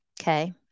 Okay